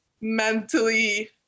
mentally